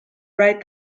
write